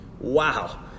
Wow